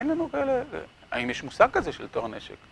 אין לנו כאלה... האם יש מושג כזה של טוהר נשק.